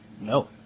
No